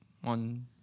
one